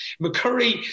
McCurry